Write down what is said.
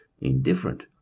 indifferent